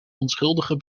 onschuldige